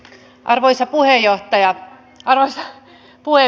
arvoisa puhemies